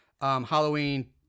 Halloween